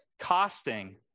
costing